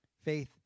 Faith